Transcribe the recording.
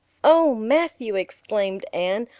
oh, matthew, exclaimed anne,